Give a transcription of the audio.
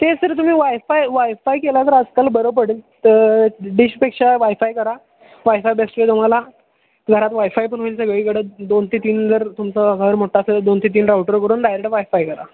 ते सर तुम्ही wifi wifi केला तर आजकाल बरं पडेल त डिशपेक्षा वायफाय करा वायफाय बेस्ट वे तुम्हाला घरात वायफाय पण होईल सगळीकडं दोन ते तीन जर तुमचं घर मोठा असेल दोन ते तीन राऊटर करून डायरेक्ट वायफाय करा